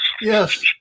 Yes